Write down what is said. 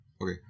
Okay